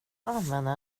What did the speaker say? använda